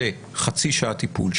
זה חצי שעה טיפול?